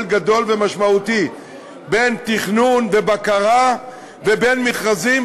גדול ומשמעותי בין תכנון ובקרה לבין מכרזים,